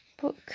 book